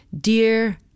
Dear